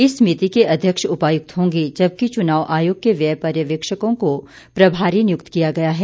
इस समिति के अध्यक्ष उपायुक्त होंगे जबकि चुनाव आयोग के व्यय पर्यवेक्षकों को प्रभारी नियुक्त किया गया है